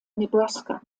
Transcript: nebraska